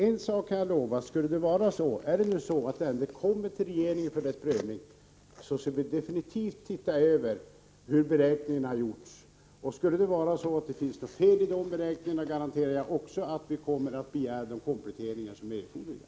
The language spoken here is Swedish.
En sak kan jag lova: Om ärendet kommer till regeringen för dess prövning, skall vi definitivt kontrollera hur beräkningarna har gjorts. Skulle det finnas något fel i dem, garanterar jag att vi kommer att begära de kompletteringar som är erforderliga.